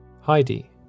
Heidi